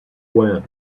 wind